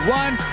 one